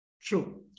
True